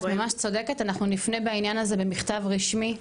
את ממש צודקת, אנחנו נפנה בעניין הזה במכתב רשמי.